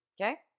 okay